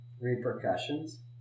Repercussions